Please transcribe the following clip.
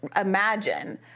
imagine